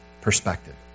perspective